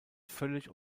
völlig